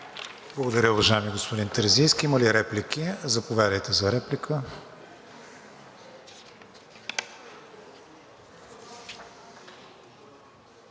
Благодаря, уважаеми господин Терзийски. Има ли реплики? Заповядайте за реплика.